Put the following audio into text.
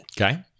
Okay